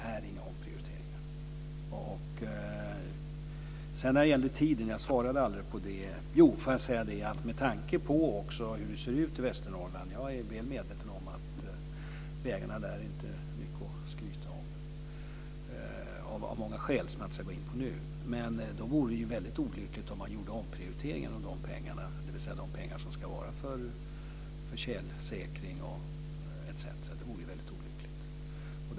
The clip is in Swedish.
Än en gång: Det är inga omprioriteringar. Med tanke på hur det ser ut i Västernorrland - jag är väl medveten om att vägarna där av många skäl, som jag inte ska gå in på nu, inte är mycket att skryta med - vore det väldigt olyckligt om man gjorde omprioriteringar när det gäller de pengar som ska gå till tjälsäkring etc. Det vore väldigt olyckligt.